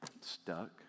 Stuck